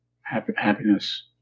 happiness